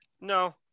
no